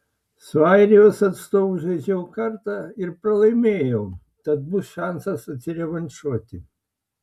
su airijos atstovu žaidžiau kartą ir pralaimėjau tad bus šansas atsirevanšuoti